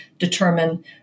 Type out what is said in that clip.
determine